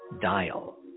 dial